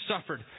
suffered